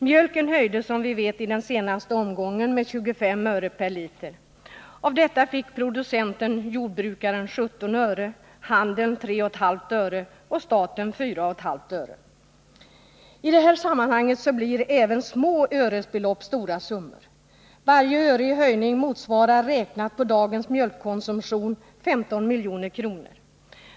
Mjölken höjdes som ni vet i den senaste omgången med 25 öre per liter. Av detta fick producenten — jordbrukaren — 17 öre, handeln 3,5 öre och staten 4,5 öre. I det här sammanhanget blir även små öresbelopp stora summor. Varje öre i höjning motsvarar räknat på dagens mjölkkonsumtion 15 milj.kr.